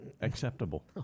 acceptable